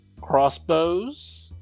crossbows